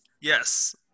Yes